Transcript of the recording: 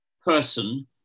person